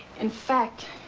in fact,